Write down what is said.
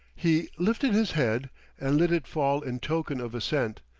he lifted his head and let it fall in token of assent,